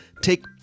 take